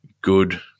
good